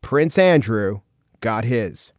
prince andrew got his